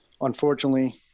unfortunately